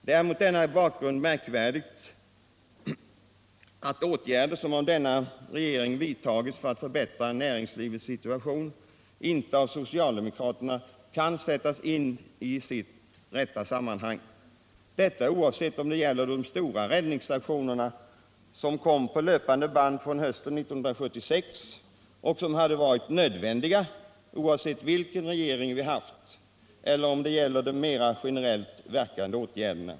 Det är mot denna bakgrund märkvärdigt att åtgärder som regeringen vidtagit för att förbättra näringslivets situation inte av socialdemokraterna kan sättas in i sitt rätta sammanhang, detta oavsett om det gäller de stora räddningsaktionerna som kom på löpande band från hösten 1976, och som hade varit nödvändiga vilken regering vi än hade haft, eller om det gäller mer generellt verkande åtgärder.